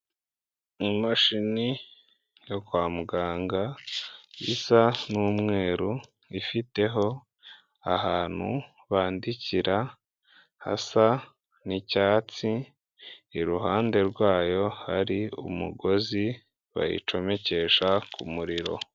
Imashini yo kwa muganga isa n'umweru ifiteho ahantu bandikira hasa n'icyatsi iruhande rwayo hari umugozi bayicomekesha ku muriro